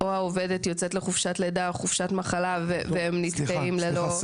או היולדת יוצאת חופשת לידה או חופשת מחלה והם נתקעים ללא.